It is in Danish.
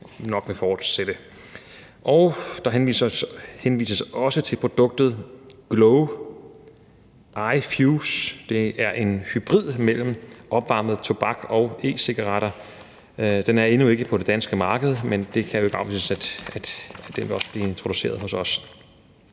nok vil fortsætte. Der henvises også til produktet Glo iFuse, som er en hybrid mellem opvarmet tobak og e-cigaretter. Det er endnu ikke på det danske marked, men jeg kan jo ikke afvise, at det også vil blive introduceret hos os.